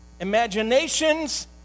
Imaginations